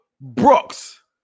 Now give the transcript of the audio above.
Brooks